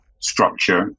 structure